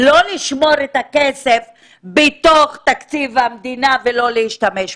לא לשמור את הכסף בתוך תקציב המדינה ולא להשתמש בו.